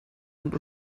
und